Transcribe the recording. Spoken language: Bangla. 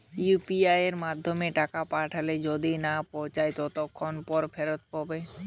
ইউ.পি.আই য়ের মাধ্যমে টাকা পাঠালে যদি না পৌছায় কতক্ষন পর ফেরত হবে?